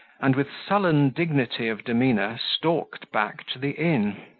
and with sullen dignity of demeanour stalked back to the inn.